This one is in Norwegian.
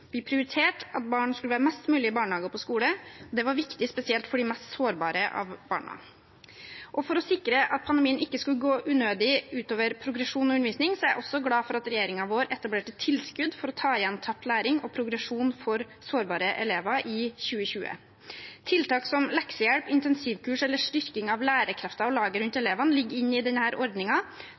Vi prioriterte at barn skulle være mest mulig i barnehage og på skole; det var spesielt viktig for de mest sårbare barna. Jeg også glad for at regjeringen vår, for å sikre at pandemien ikke skulle gå unødig utover progresjon og undervisning, etablerte tilskudd for å ta igjen tapt læring og progresjon for sårbare elever i 2020. Tiltak som leksehjelp, intensivkurs og styrking av lærerkrefter og laget rundt elevene ligger inne i